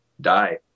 die